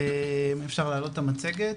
אפשר להעלות את המצגת.